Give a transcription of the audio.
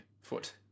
foot